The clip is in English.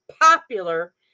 popular